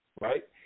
right